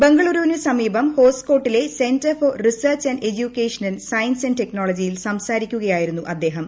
ബംഗളൂരുവിനു സമീപം ഹോസ്കോട്ടിലെ centre for research and education in science and ടെക്നോളജിയിൽ സംസാരിക്കുകയായിരുന്നു അദ്ദേഹം